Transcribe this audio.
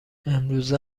امروزه